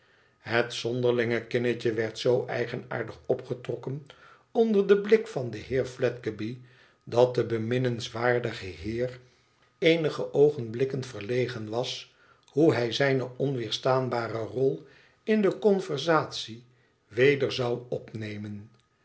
het zonderlinge kinnetje werd zoo eigenaardig opgetrokken onder den blik van den heer fledgeby dat de beminnenswaardige heereenige oogenblikken verlegen was hoe hij zijne onweerstaanbare rol in de conversatie wc der zou opnemen